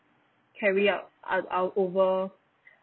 carry out oth~ out over